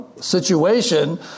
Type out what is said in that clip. situation